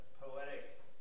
poetic